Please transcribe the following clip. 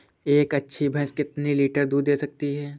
एक अच्छी भैंस कितनी लीटर दूध दे सकती है?